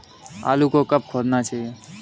आलू को कब खोदना चाहिए?